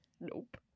Nope